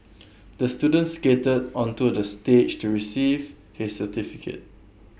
the student skated onto the stage to receive his certificate